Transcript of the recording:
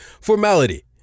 formality